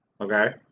Okay